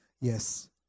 yes